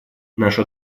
наша